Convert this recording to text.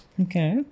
Okay